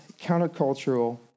countercultural